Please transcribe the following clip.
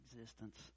existence